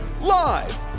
Live